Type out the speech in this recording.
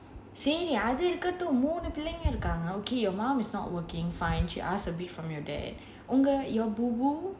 அது இருக்கட்டும் மூணு பிள்ளைங்க இருக்காங்க:adhu irukkatum moonu pillainga irukaanga okay your mum is not working fine she ask a bit from your dad no no it doesn't matter